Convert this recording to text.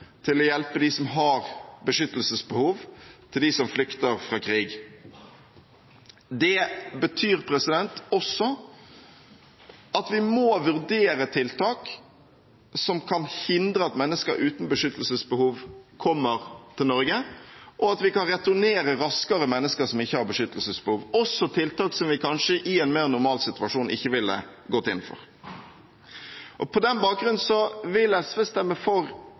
til å hjelpe dem som har beskyttelsesbehov, og til å hjelpe dem som flykter fra krig. Det betyr også at vi må vurdere tiltak som kan hindre at mennesker uten beskyttelsesbehov kommer til Norge, og at vi raskere kan returnere mennesker som ikke har beskyttelsesbehov – også tiltak som vi i en mer normal situasjon kanskje ikke ville gått inn for. På den bakgrunn vil SV stemme for